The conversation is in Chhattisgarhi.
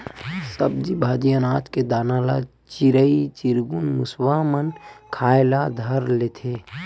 सब्जी भाजी, अनाज के दाना ल चिरई चिरगुन, मुसवा मन खाए ल धर लेथे